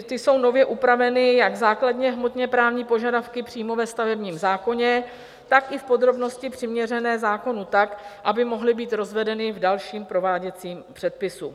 Tak jsou nově upraveny jak základně hmotně právní požadavky přímo ve stavebním zákoně, tak i v podrobnosti přiměřené zákonu tak, aby mohly být rozvedeny v dalším prováděcím předpisu.